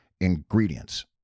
ingredients